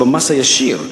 במס הישיר.